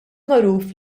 magħruf